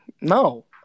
No